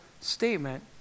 statement